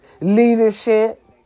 leadership